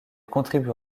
contribua